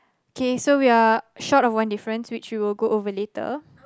K so we are short of one difference which you will go over later